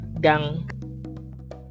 gang